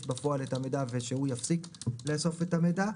בפועל את המידע ושהוא יפסיק לאסוף את המידע,